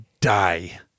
die